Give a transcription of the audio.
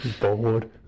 bored